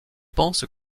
pensent